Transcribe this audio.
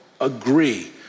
agree